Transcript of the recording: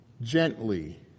Gently